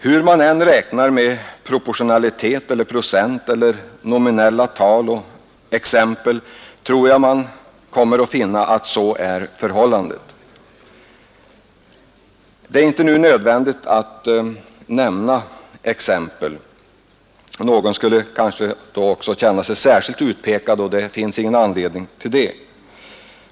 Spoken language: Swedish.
Hur man än räknar med proportionalitet procentuellt eller med nominella tal och exempel tror jag vi skall finna att så är förhållandet. Det är inte nödvändigt att nu nämna exempel. Någon skulle då kanske känna sig särskilt utpekad, och det finns ingen anledning till det.